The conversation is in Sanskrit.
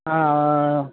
हा